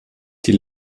die